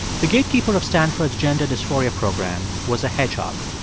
the gatekeeper of stanford's gender dysphoria program was a hedgehog.